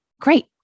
Great